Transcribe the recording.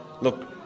look